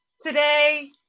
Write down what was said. today